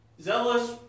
Zealous